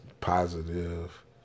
positive